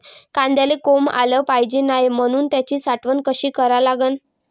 कांद्याले कोंब आलं नाई पायजे म्हनून त्याची साठवन कशी करा लागन?